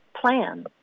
plan